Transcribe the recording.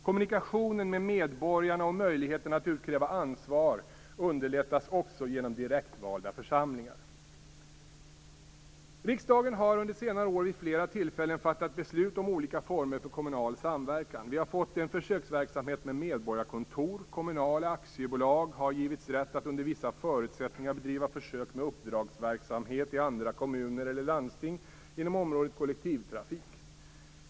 Kommunikationen med medborgarna och möjligheten att utkräva ansvar underlättas också genom direktvalda församlingar. Riksdagen har under senare år vid flera tillfällen fattat beslut om olika former för kommunal samverkan. Vi har fått en försöksverksamhet med medborgarkontor. Kommunala aktiebolag har givits rätt att under vissa förutsättningar bedriva försök med uppdragsverksamhet i andra kommuner eller landsting inom området kollektivtrafik.